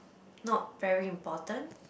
not very important